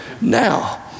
Now